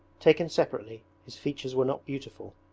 taken separately his features were not beautiful,